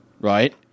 right